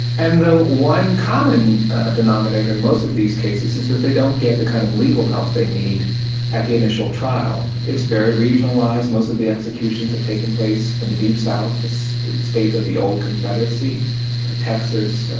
and the one common denominator in most of these cases is that they don't get the kind of legal help they need at the initial trial. it's very regionalised most of the executions have taken place in the deep south, the states of the old confederacy texas,